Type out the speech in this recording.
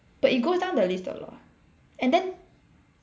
but it goes down the list the lor and then